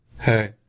hey